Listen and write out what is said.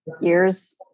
years